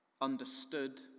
understood